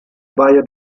baia